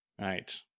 Right